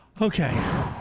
Okay